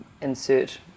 insert